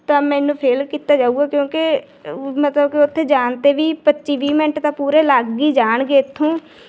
ਤਾਂ ਮੈਨੂੰ ਫੇਲ ਕੀਤਾ ਜਾਊਗਾ ਕਿਉਂਕਿ ਮਤਲਬ ਕਿ ਉੱਥੇ ਜਾਣ 'ਤੇ ਵੀ ਪੱਚੀ ਵੀਹ ਮਿੰਟ ਤਾਂ ਪੂਰੇ ਲੱਗ ਹੀ ਜਾਣਗੇ ਇੱਥੋਂ